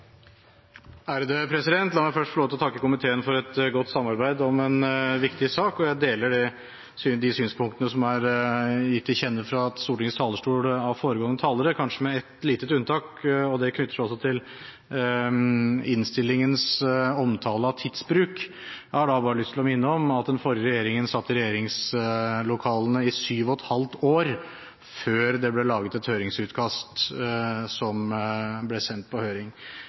La meg først få lov til å takke komiteen for et godt samarbeid om en viktig sak. Jeg deler de synspunktene som er gitt til kjenne fra Stortingets talerstol av foregående talere, kanskje med et lite unntak. Det knytter seg til innstillingens omtale av tidsbruk. Jeg har da bare lyst til å minne om at den forrige regjeringen satt i regjeringslokalene i syv og et halvt år før det ble laget et utkast som ble sendt på høring.